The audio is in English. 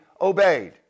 obeyed